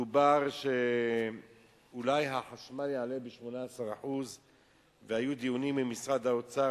דובר שהחשמל אולי יעלה ב-18% והיו דיונים עם משרד האוצר,